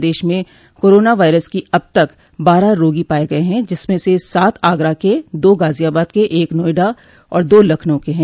प्रदेश में corona virus की अब तक बारह रोगी पाये गये हैं जिसमें से सात आगरा के दो गाजियाबाद के एक नोएडा और दो लखनऊ के हैं